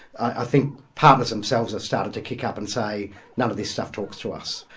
i think partners themselves have started to kick up and say none of this stuff talks to us.